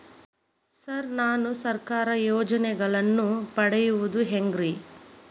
Sir ನಾನು ಸರ್ಕಾರ ಯೋಜೆನೆಗಳನ್ನು ಪಡೆಯುವುದು ಹೆಂಗ್ರಿ?